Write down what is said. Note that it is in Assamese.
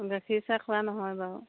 গাখীৰ চাহ খোৱা নহয় বাৰু